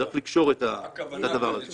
צריך לקשור את הדבר הזה.